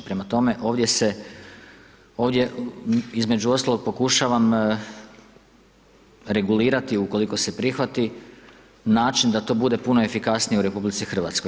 Prema tome, ovdje se, ovdje, između ostalog pokušavam regulirati, ukoliko se prihvati način da to bude puno efikasnije u RH.